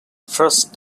first